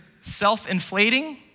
self-inflating